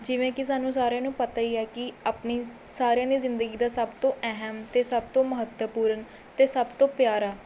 ਜਿਵੇਂ ਕਿ ਸਾਨੂੰ ਸਾਰਿਆਂ ਨੂੰ ਪਤਾ ਹੀ ਹੈ ਕਿ ਆਪਣੀ ਸਾਰਿਆਂ ਦੀ ਜ਼ਿੰਦਗੀ ਦਾ ਸਭ ਤੋਂ ਅਹਿਮ ਅਤੇ ਸਭ ਤੋਂ ਮਹੱਤਵਪੂਰਨ ਅਤੇ ਸਭ ਤੋਂ ਪਿਆਰਾ